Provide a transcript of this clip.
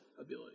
ability